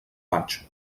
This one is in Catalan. vaig